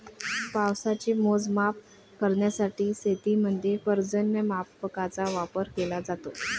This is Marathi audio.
पावसाचे मोजमाप करण्यासाठी शेतीमध्ये पर्जन्यमापकांचा वापर केला जातो